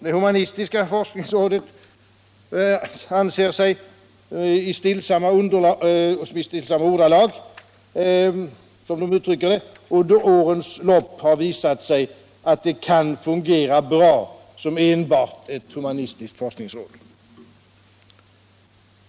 Det humanistiska forskningsrådet anser sig i stillsamma ordalag ”under årens lopp ha visat att det kan fungera bra som enbart ett humanistiskt forskningsråd”.